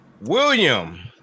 william